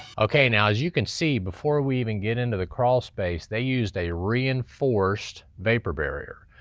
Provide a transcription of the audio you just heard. okay, now as you can see before we even get into the crawl space, they used a reinforced vapor barrier.